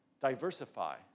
diversify